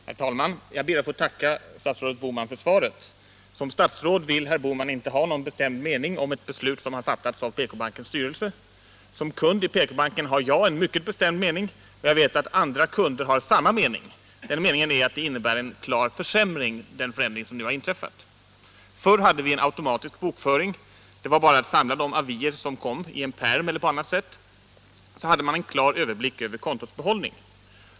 Herr talman! Jag ber att få tacka statsrådet Bohman för svaret. Som statsråd vill herr Bohman inte ha någon bestämd mening om ett beslut som har fattats av PK-bankens styrelse. Som kund i PK-banken har jag däremot en mycket bestämd mening — och jag vet att andra kunder har samma mening — nämligen att den förändring som nu genomförts innebär en klar försämring. Förr hade vi en automatisk bokföring. Det var bara att i en pärm eller på annat sätt samla de avier som kom, så hade man en klar överblick över kontots behållning.